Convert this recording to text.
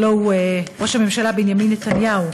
הלוא הוא ראש הממשלה בנימין נתניהו,